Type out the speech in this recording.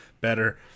better